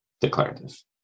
declarative